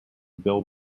bill